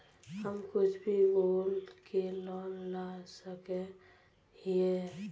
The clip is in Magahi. हम कुछ भी बोल के लोन ला सके हिये?